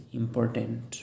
important